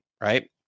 right